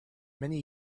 many